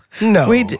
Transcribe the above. No